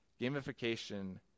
gamification –